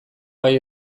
gai